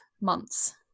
months